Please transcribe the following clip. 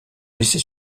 laissés